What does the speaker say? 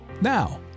Now